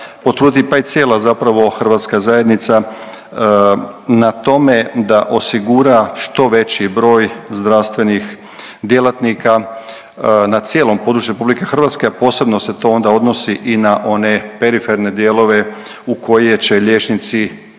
potruditi, pa i cijela zapravo hrvatska zajednica na tome da osigura što veći broj zdravstvenih djelatnika na cijelom području RH, a posebno se to onda odnosi i na one periferne dijelove u koje će liječnici,